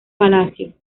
palacio